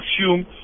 assume